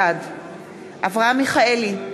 בעד אברהם מיכאלי,